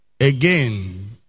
Again